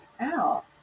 out